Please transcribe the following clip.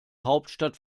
hauptstadt